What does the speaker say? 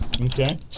Okay